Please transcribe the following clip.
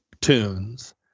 tunes